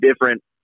different